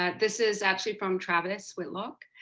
ah this is actually from travis whitlock.